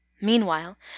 Meanwhile